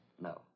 No